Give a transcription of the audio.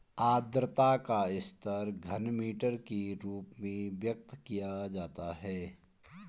आद्रता का स्तर घनमीटर के रूप में व्यक्त किया जाता है